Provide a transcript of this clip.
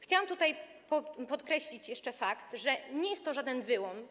Chciałam tutaj podkreślić jeszcze fakt, że nie jest to żaden wyłom.